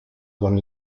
con